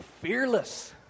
fearless